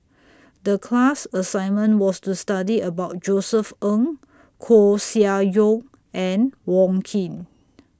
The class assignment was to study about Josef Ng Koeh Sia Yong and Wong Keen